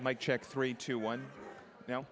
my check three two one now